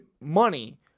money